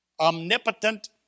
omnipotent